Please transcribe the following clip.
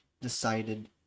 decided